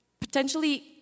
potentially